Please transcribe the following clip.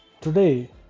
today